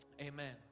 amen